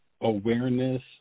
awareness